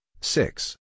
six